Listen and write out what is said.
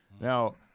Now